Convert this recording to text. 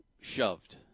shoved